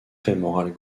fémorale